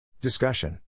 Discussion